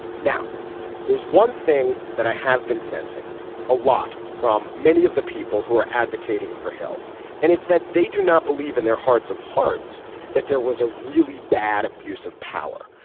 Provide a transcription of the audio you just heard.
now there's one thing that i have been sensing a lot from many of the people who are advocating for hill and it's that they do not believe in their hearts of hearts that there was a really bad abuse of power.